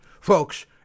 folks